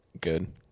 good